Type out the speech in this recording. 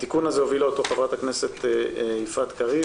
את התיקון הזה הובילה חברת הכנסת יפעת קריב